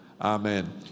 Amen